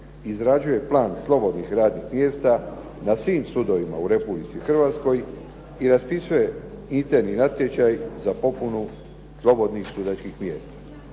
izrađuje plan slobodnih radnih mjesta na svim sudovima u Republici Hrvatskoj i raspisuje interni natječaj za popunu slobodnih sudačkih mjesta.